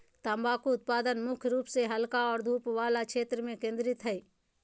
तम्बाकू उत्पादन मुख्य रूप से हल्का और धूप वला क्षेत्र में केंद्रित हइ